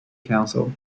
council